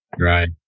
Right